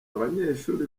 abanyeshuri